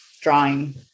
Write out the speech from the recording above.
drawing